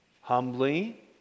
Humbly